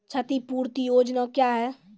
क्षतिपूरती योजना क्या हैं?